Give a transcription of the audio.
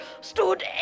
stood